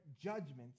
judgments